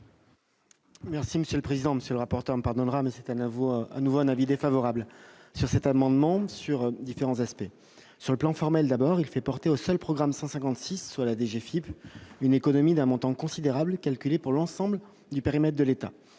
monsieur le président, monsieur le rapporteur ne pardonnera mais cette n'avoir à nouveau un avis défavorable à cet amendement sur différents aspects sur le plan formel d'abord il fait porter au seul programme 156 sur la DG Philippe une économie d'un montant considérable calculé pour l'ensemble du périmètre de l'État,